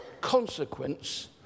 consequence